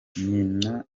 ntinya